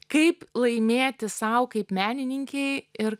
kaip laimėti sau kaip menininkei ir